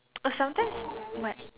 err sometimes what